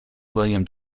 william